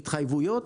התחייבויות,